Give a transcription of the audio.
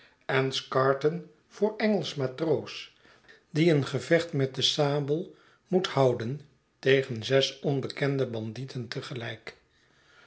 en scarton voor engelsch matroos die een gevecht met de sabel moet houden tegen zes onbekende bandieten